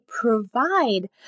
provide